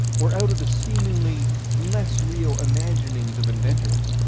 or out of the seemingly less real imaginings of inventors,